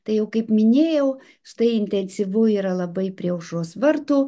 tai jau kaip minėjau štai intensyvu yra labai prie aušros vartų